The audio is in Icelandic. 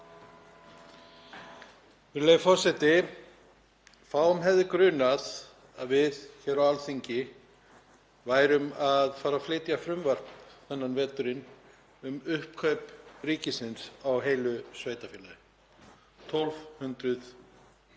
forseti. Fáa hefði grunað að við hér á Alþingi værum að fara að flytja frumvarp þennan veturinn um uppkaup ríkisins á heilu sveitarfélagi, 1.200